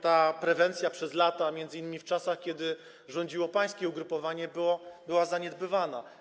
Ta prewencja przez lata - m.in. w czasach, kiedy rządziło pańskie ugrupowanie - była zaniedbywana.